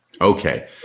okay